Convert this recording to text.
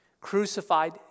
Crucified